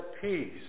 peace